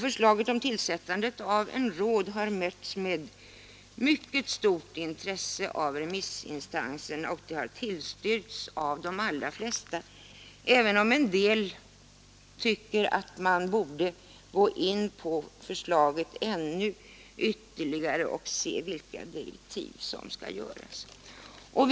Förslaget om tillsättande av ett centralt råd har mötts med mycket stort intresse av remissinstanserna, och det har tillstyrkts av de allra flesta, även om en del tycker att man borde göra vissa kompletterande utredningar och se vilka direktiv som skall uppställas.